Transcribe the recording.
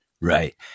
Right